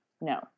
no